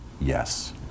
Yes